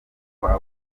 kwa